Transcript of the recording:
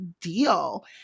deal